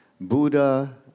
Buddha